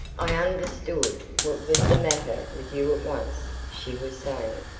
i understood what was the matter with you at once, she was saying,